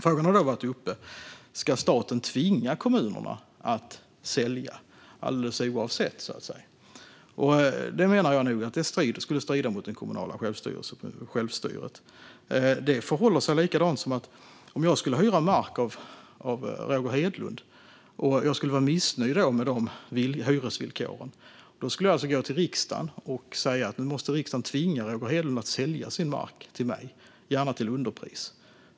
Frågan har då varit uppe om staten ska tvinga kommunerna att sälja alldeles oavsett. Jag menar nog att detta skulle strida mot det kommunala självstyret. Det förhåller sig likadant som om jag skulle hyra mark av Roger Hedlund och vara missnöjd med hyresvillkoren. Då skulle jag alltså gå till riksdagen och säga att nu måste riksdagen tvinga Roger Hedlund att sälja sin mark till mig, gärna till underpris.